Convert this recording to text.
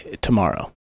tomorrow